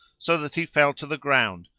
so that he fell to the ground,